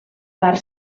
part